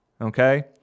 Okay